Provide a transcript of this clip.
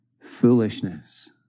foolishness